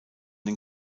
den